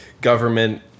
government